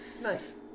Nice